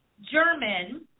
German